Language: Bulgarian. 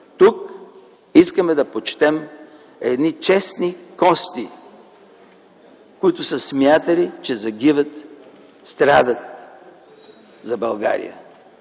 Тук искаме да почетем едни честни кости, които са смятали, че загиват, страдат за България.